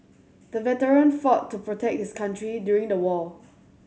the veteran fought to protect his country during the war